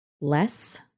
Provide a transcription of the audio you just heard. less